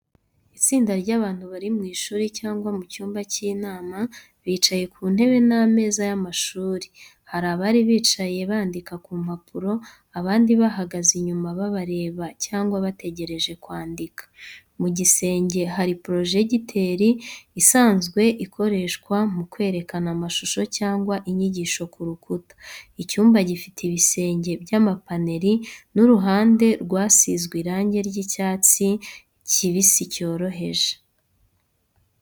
Itsinda ry’abantu bari mu ishuri cyangwa mu cyumba cy’inama, bicaye ku ntebe n’ameza y’amashuri. Hari abari bicaye bandika ku mpapuro, abandi bahagaze inyuma babareba cyangwa bategereje kwandika. Mu gisenge hari porojegiteri, isanzwe ikoreshwa mu kwerekana amashusho cyangwa inyigisho ku rukuta. Icyumba gifite ibisenge by’amapaneli n’uruhande rwasizwe irangi ry’icyatsi kibisi cyoroheje.